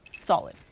solid